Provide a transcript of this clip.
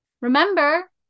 Remember